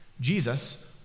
Jesus